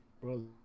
bro